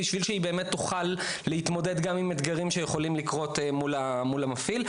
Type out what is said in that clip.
על מנת שהיא באמת תוכל להתמודד גם עם אתגרים שיכולים לקרות מול המפעיל.